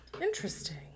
Interesting